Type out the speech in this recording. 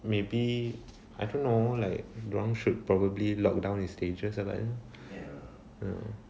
maybe I don't know like dia orang should probably lockdown in stages agaknya um